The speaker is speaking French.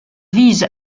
vise